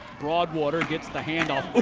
broadwater gets the handoff.